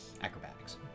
Acrobatics